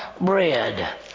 bread